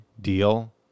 deal